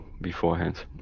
beforehand